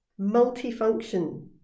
Multifunction